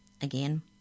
again